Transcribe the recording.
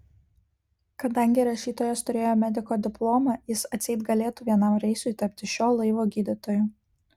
kadangi rašytojas turėjo mediko diplomą jis atseit galėtų vienam reisui tapti šio laivo gydytoju